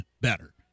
better